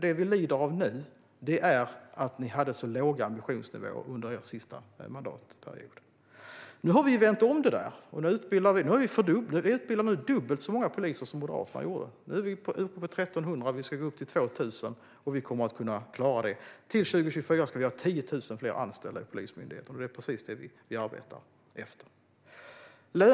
Det vi lider av nu är att ni hade så låg ambitionsnivå under er sista mandatperiod. Det har vi nu vänt. Vi utbildar nu dubbelt så många poliser som Moderaterna gjorde. Vi är uppe på 1 300 och ska gå upp till 2 000. Vi kommer att kunna klara det. Till 2024 ska vi ha 10 000 fler anställda i Polismyndigheten. Det är precis det vi arbetar efter.